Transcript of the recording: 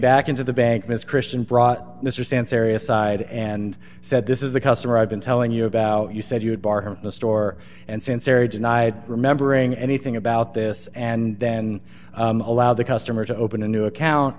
back into the bank ms christian brought mr stance area side and said this is the customer i've been telling you about you said you'd bar the store and since harry denied remembering anything about this and then allow the customer to open a new account